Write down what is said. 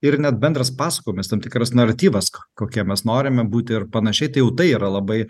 ir net bendras pasakojimas tam tikras naratyvas kokie mes norime būti ir panašiai tai jau tai yra labai